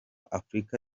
afurika